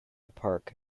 park